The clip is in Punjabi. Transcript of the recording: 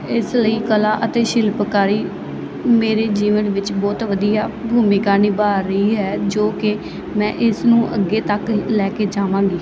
ਇਸ ਲਈ ਕਲਾ ਅਤੇ ਸ਼ਿਲਪਕਾਰੀ ਮੇਰੇ ਜੀਵਨ ਵਿੱਚ ਬਹੁਤ ਵਧੀਆ ਭੂਮਿਕਾ ਨਿਭਾ ਰਹੀ ਹੈ ਜੋ ਕਿ ਮੈਂ ਇਸ ਨੂੰ ਅੱਗੇ ਤੱਕ ਲੈ ਕੇ ਜਾਵਾਂਗੀ